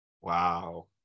Wow